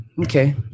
okay